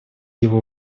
его